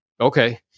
okay